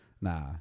Nah